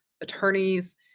attorneys